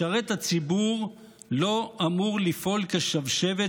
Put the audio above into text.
משרת הציבור לא אמור לפעול כשבשבת